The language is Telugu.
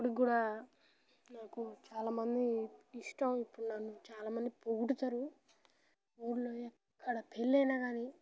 ఇప్పుటికి కూడా నాకు చాలా మంది ఇష్టం ఇప్పుడు నన్ను చాలామంది పొగుడుతారు ఊరిలో ఎక్కడ పెళ్ళైనా కానీ